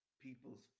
people's